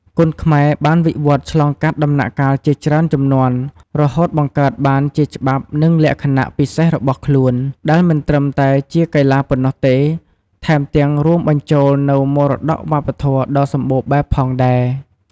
គុនខ្មែរបានវិវត្តន៍ឆ្លងកាត់ដំណាក់កាលជាច្រើនជំនាន់ រហូតបង្កើតបានជាច្បាប់និងលក្ខណៈពិសេសរបស់ខ្លួន ដែលមិនត្រឹមតែជាកីឡាប៉ុណ្ណោះទេ ថែមទាំងរួមបញ្ចូលនូវមរតកវប្បធម៌ដ៏សម្បូរបែបផងដែរ។